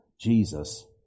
Jesus